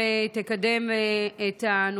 תודה רבה,